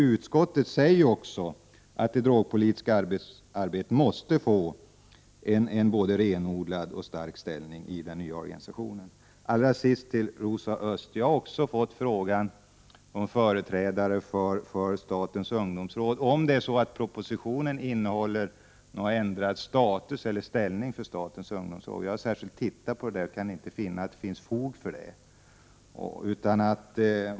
Utskottet säger också att det drogpolitiska arbetet måste få en både renodlad och stark ställning i den nya organisationen. Allra sist till Rosa Östh: Jag har också fått frågan från företrädare för statens ungdomsråd, om propositionen innehåller förslag om förändrad ställning eller status för statens ungdomsråd. Jag har själv tittat på det och kan inte finna att det finns fog för att anse det.